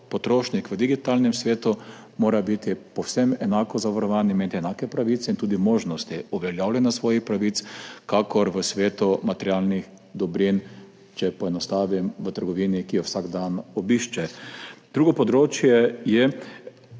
Potrošnik v digitalnem svetu mora biti povsem enako zavarovan, imeti enake pravice in tudi možnosti uveljavljanja svojih pravic, kakor v svetu materialnih dobrin, če poenostavim, v trgovini, ki jo vsak dan obišče. Drugo področje je